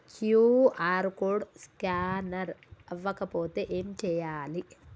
QR code scanner అవ్వకపోతే ఏం చేయాలి?